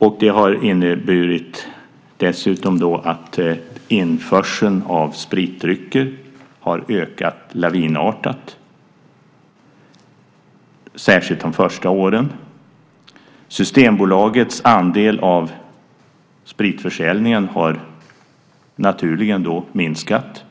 Och det har dessutom inneburit att införseln av spritdrycker har ökat lavinartat, särskilt under de första åren. Systembolagets andel av spritförsäljningen har naturligen minskat.